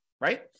right